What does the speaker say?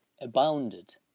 abounded